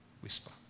whisper